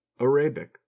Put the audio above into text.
ARABIC